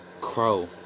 Crow